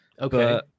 Okay